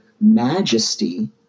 majesty